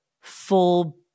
full